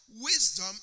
wisdom